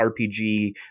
RPG